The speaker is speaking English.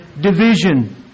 division